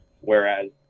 Whereas